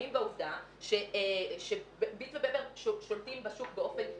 בעובדה שביט ופפר שולטים בשוק באופן טוטלי,